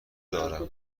دارم